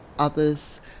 Others